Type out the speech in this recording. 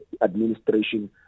administration